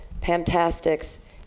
Pamtastic's